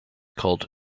called